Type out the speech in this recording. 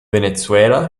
venezuela